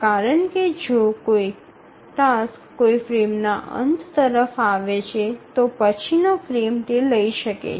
કારણ કે જો કાર્ય કોઈ ફ્રેમના અંત તરફ આવે છે તો પછીનો ફ્રેમ તે લઈ શકાય છે